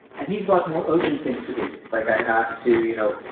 and he's got more urgent things to do like, i have to, you know,